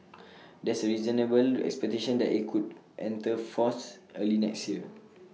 there's A reasonable expectation that IT could enter force early next year